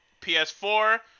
PS4